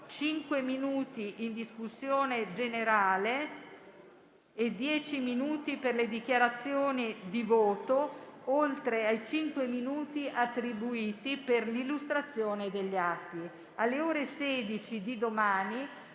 minuti in discussione generale e dieci minuti per le dichiarazioni di voto, oltre ai cinque minuti attribuiti per l'illustrazione degli atti. Alle ore 16 di domani